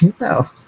No